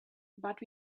but